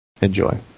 enjoy